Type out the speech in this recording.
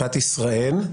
ישראל.